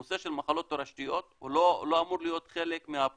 הנושא של מחלות תורשתיות הוא לא אמור להיות חלק מהבחירה